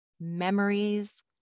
memories